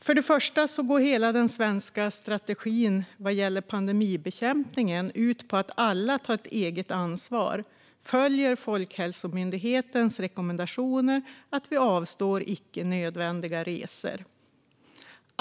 För det första går hela den svenska strategin vad gäller pandemibekämpningen ut på att alla tar eget ansvar, följer Folkhälsomyndighetens rekommendationer och avstår icke nödvändiga resor.